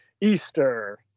easter